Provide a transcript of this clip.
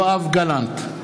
יואב גלנט,